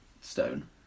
Stone